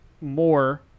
more